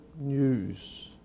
news